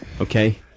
Okay